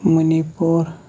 money پوٗر